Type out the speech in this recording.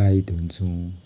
गाई दुहुन्छौँ